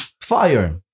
Fire